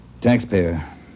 Taxpayer